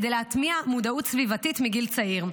כדי להטמיע מודעות סביבתית מגיל צעיר.